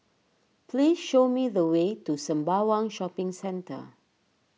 please show me the way to Sembawang Shopping Centre